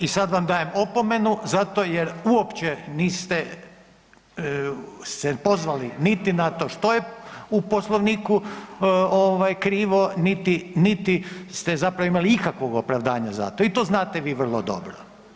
I sad vam dajem opomenu zato jer uopće niste se pozvali niti na to što je u Poslovniku ovaj krivo, niti ste zapravo imali ikakvog opravdanja za to i to znate vi vrlo dobro.